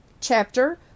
chapter